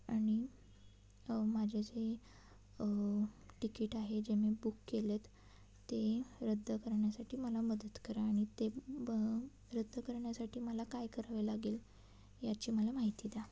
आणि माझे जे टिकीट आहे जे मी बुक केले आहेत ते रद्द करण्यासाठी मला मदत करा आणि ते ब रद्द करण्यासाठी मला काय करावे लागेल याची मला माहिती द्या